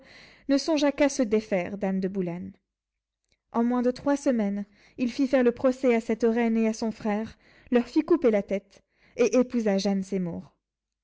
ne songea qu'à se défaire d'anne de boulen en moins de trois semaines il fit faire le procès à cette reine et à son frère leur fit couper la tête et épousa jeanne